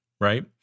right